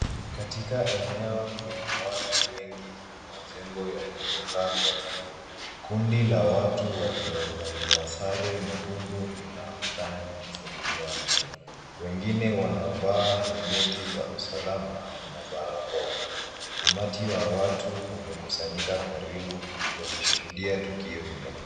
Katika eneo lenye watu wengi na majengo yaliyokaa karibu, kundi la watu waliovalia sare nyekundu linaonekana likisaidia mtu ,wengine wanavaa helmet za usalama na barakoa umati wa watu umekusanyika karibu wakishuhudia tukio hilo.